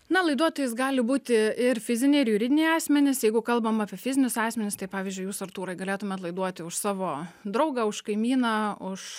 na laiduotojais gali būti ir fiziniai ir juridiniai asmenys jeigu kalbam apie fizinius asmenis tai pavyzdžiui jūs artūrai galėtumėt laiduoti už savo draugą už kaimyną už